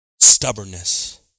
Stubbornness